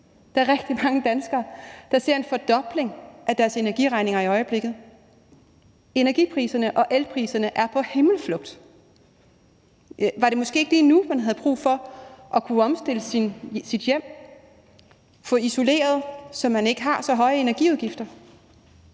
Der er rigtig mange danskere, der ser en fordobling af deres energiregninger i øjeblikket. Energipriserne og elpriserne er på himmelflugt. Var det måske ikke lige nu, man havde brug for at kunne omstille sit hjem, få isoleret, så man ikke har så høje energiudgifter?